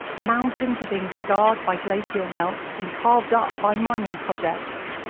mountains are being scarred by glacial melt and carved up by mining projects.